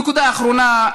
נקודה אחרונה.